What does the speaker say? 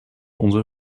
onze